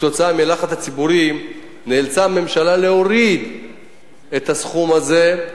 כתוצאה מהלחץ הציבורי נאלצה הממשלה להוריד את הסכום הזה,